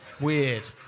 Weird